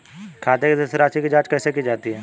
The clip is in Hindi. खाते की शेष राशी की जांच कैसे की जाती है?